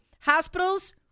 hospitals